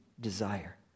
desire